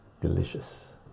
delicious